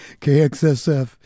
KXSF